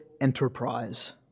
enterprise